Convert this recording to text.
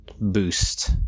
boost